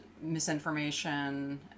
misinformation